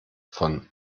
von